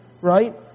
right